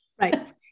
right